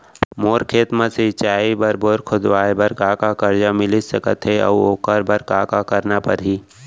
मोर खेत म सिंचाई बर बोर खोदवाये बर का का करजा मिलिस सकत हे अऊ ओखर बर का का करना परही?